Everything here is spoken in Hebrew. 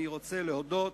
אני רוצה להודות